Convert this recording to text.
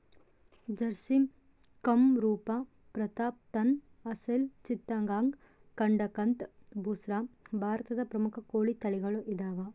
ಜರ್ಸಿಮ್ ಕಂರೂಪ ಪ್ರತಾಪ್ಧನ್ ಅಸೆಲ್ ಚಿತ್ತಗಾಂಗ್ ಕಡಕಂಥ್ ಬುಸ್ರಾ ಭಾರತದ ಪ್ರಮುಖ ಕೋಳಿ ತಳಿಗಳು ಇದಾವ